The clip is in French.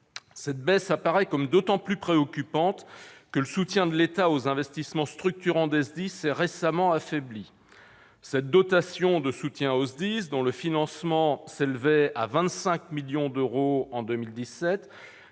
Cette baisse apparaît d'autant plus préoccupante que le soutien de l'État aux investissements structurants des SDIS s'est récemment affaibli. Cette dotation de soutien aux SDIS, dont le financement s'élevait à 25 millions d'euros en 2017,